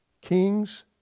kings